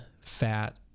fat